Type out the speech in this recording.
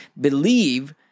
believe